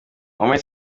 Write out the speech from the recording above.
mohamed